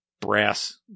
brass